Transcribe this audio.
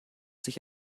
sich